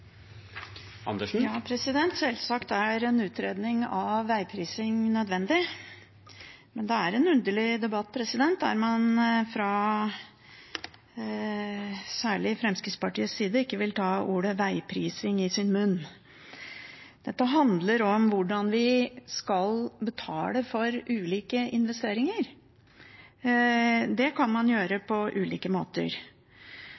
Ja, sjølsagt er en utredning av vegprising nødvendig. Men det er en underlig debatt, der man særlig fra Fremskrittspartiets side ikke vil ta ordet vegprising i sin munn. Dette handler om hvordan vi skal betale for ulike investeringer. Det kan man